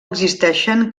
existeixen